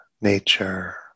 nature